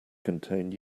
contain